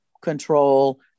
control